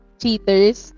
cheaters